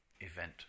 event